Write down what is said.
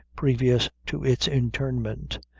previous to its interment.